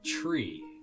Tree